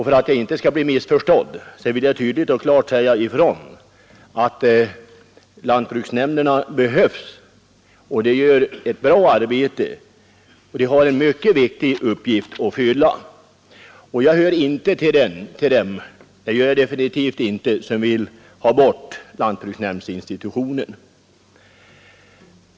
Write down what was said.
För att jag inte skall bli missförstådd vill jag tydligt och klart säga ifrån att lantbruksnämnderna behövs — de gör ett bra arbete och har en mycket viktig uppgift att fylla. Jag hör definitivt inte till dem som vill ha bort lantbruksnämndsinstitutionen.